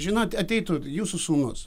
žinot ateitų jūsų sūnus